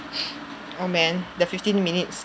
aw man the fifteen minutes